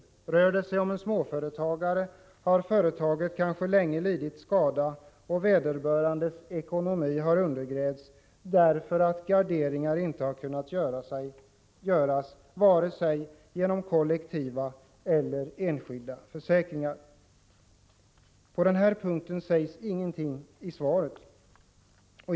Rör det sig om en småföretagare har företaget kanske länge lidit skada och vederbörandes ekonomi undergrävts, därför att garderingar inte kunnat göras genom vare sig kollektiva eller enskilda försäkringar. På den här punkten sägs ingenting i svaret.